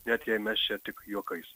net jei mes čia tik juokais